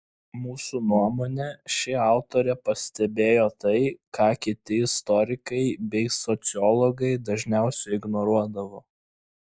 mūsų nuomone ši autorė pastebėjo tai ką kiti istorikai bei sociologai dažniausiai ignoruodavo